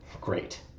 Great